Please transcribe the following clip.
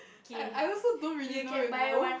I I also don't really know you know